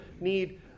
need